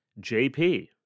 JP